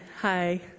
hi